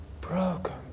broken